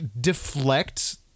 deflect